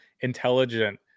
intelligent